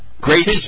Great